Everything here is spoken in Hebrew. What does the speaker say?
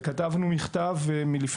וכתבנו מכתב לגורמים הרלוונטיים,